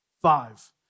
Five